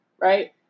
right